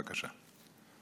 בבקשה.